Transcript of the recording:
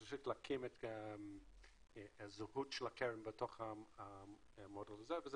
זאת אומרת צריך להקים את הזהות של הקרן בתוך המודולה הזו וזו